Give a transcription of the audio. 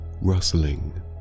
rustling